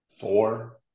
four